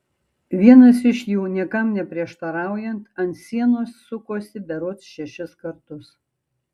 vienas iš jų niekam neprieštaraujant ant sienos sukosi berods šešis kartus